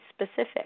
specific